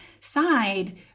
side